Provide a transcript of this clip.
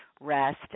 rest